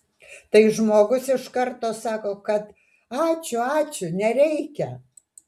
tai žmogus iš karto sako kad ačiū ačiū nereikia